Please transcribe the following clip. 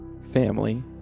family